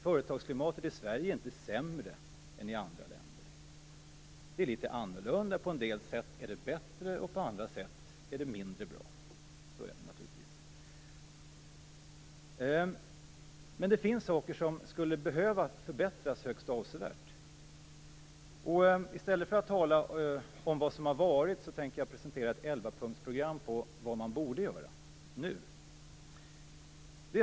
Företagsklimatet i Sverige är inte sämre än i andra länder. Det är litet annorlunda. På en del sätt är det bättre, och på andra sätt är det mindre bra. Så är det naturligtvis. Men det finns saker som skulle behöva förbättras högst avsevärt, och i stället för att tala om vad som har varit tänker jag presentera ett elvapunktsprogram för vad man borde göra - nu.